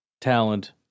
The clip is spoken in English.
talent